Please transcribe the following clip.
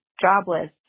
jobless